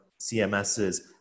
CMSs